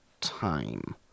time